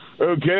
okay